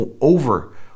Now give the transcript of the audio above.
over